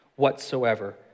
whatsoever